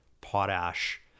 potash